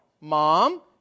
Mom